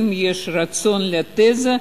אם יש רצון לתזה,